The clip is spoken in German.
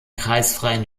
kreisfreien